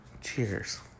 cheers